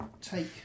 take